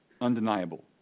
undeniable